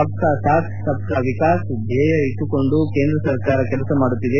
ಸಬ್ ಕಾ ಸಾಥ್ ಸಬ್ ಕಾ ವಿಕಾಸ್ ಧ್ಯೇಯ ಇಟ್ಸುಕೊಂಡು ಕೇಂದ್ರ ಸರ್ಕಾರ ಕೆಲಸ ಮಾಡುತ್ತಿದೆ